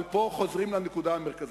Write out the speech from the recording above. אבל פה חוזרים לנקודה המרכזית,